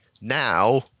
now